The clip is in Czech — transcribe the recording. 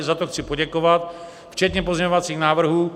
Za to chci poděkovat, včetně pozměňovacích návrhů.